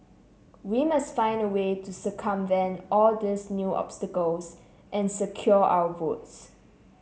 we must find a way to circumvent all these new obstacles and secure our votes